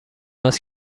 است